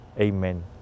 Amen